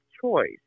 choice